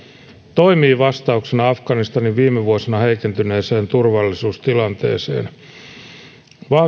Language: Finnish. toimii vastauksena afganistanin viime vuosina heikentyneeseen turvallisuustilanteeseen vahvistamisen myötä